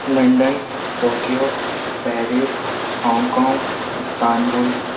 London Tokyo Paris Hong Kong Istanbul